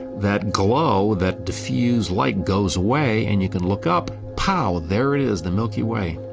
that glow, that diffused light goes away and you can look up, pow, there it is, the milky way